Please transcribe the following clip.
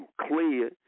clear